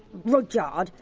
rudyard.